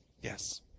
Yes